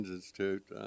Institute